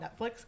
Netflix